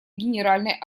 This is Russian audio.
генеральной